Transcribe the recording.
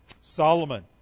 Solomon